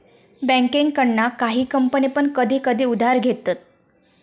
बँकेकडना काही कंपने पण कधी कधी उधार घेतत